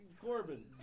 Corbin